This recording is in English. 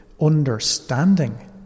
understanding